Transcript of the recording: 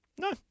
No